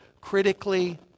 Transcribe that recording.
critically